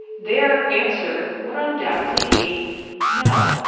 their answer would undoubtedly be no.